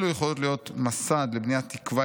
אלו יכולות להיות מסד לבניית תקווה